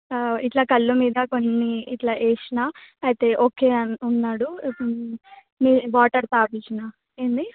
ఇట్లా కళ్ళు మీద కొన్ని ఇట్లా వేసినా అయితే ఓకే అన్ ఉన్నాడు నీ వాటర్ తాగించినా ఏంది